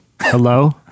hello